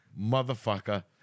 Motherfucker